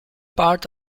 part